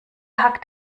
hackt